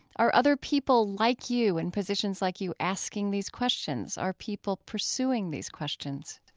are other people like you, in positions like you, asking these questions? are people pursuing these questions?